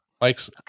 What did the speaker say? Mike's